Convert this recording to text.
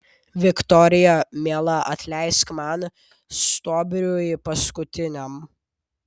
viktorija miela atleisk man stuobriui paskutiniam